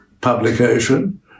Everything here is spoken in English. publication